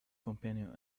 companion